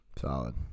solid